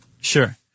Sure